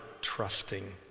trusting